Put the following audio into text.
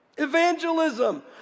evangelism